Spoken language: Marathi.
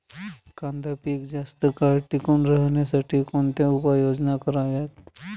कांदा पीक जास्त काळ टिकून राहण्यासाठी कोणत्या उपाययोजना कराव्यात?